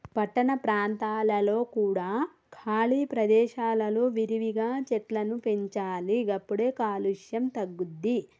పట్టణ ప్రాంతాలలో కూడా ఖాళీ ప్రదేశాలలో విరివిగా చెట్లను పెంచాలి గప్పుడే కాలుష్యం తగ్గుద్ది